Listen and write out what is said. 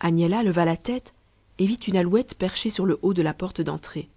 agnella leva la tête et vit une alouette perchée sur le haut de la porte d'entrée